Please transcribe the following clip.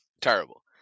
Terrible